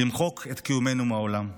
למחוק את קיומנו מהעולם.